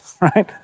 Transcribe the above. right